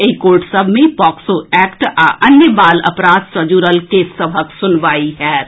एहि कोर्ट सभ मे पॉक्सो एक्ट आ अन्य बाल अपराध सँ जुड़ल केस सभक सुनवाई होएत